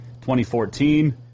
2014